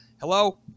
Hello